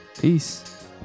Peace